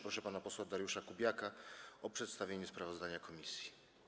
Proszę pana posła Dariusza Kubiaka o przedstawienie sprawozdania komisji.